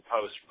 Post